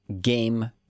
game